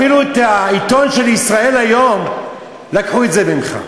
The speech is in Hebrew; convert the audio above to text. אפילו את העיתון "ישראל היום" לקחו ממך.